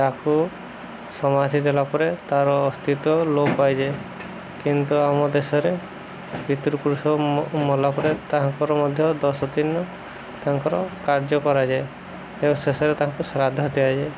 ତାକୁ ସମାଥି ଦେଲା ପରେ ତାର ଅସ୍ତିତ୍ୱ ଲୋପ୍ ପାଇଯାଏ କିନ୍ତୁ ଆମ ଦେଶରେ ପିତୃପୁରୁଷ ମଲା ପରେ ତାଙ୍କର ମଧ୍ୟ ଦଶଦିନ ତାଙ୍କର କାର୍ଯ୍ୟ କରାଯାଏ ଏବଂ ଶେଷରେ ତାଙ୍କୁ ଶ୍ରାଦ୍ଧ ଦିଆଯାଏ